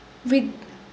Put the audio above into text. vid~